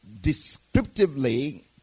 descriptively